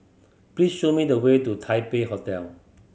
please show me the way to Taipei Hotel